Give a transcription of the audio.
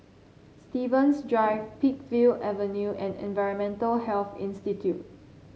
Stevens Drive Peakville Avenue and Environmental Health Institute